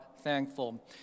thankful